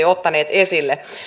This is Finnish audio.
ottaneet sille